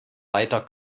weiter